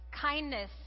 kindness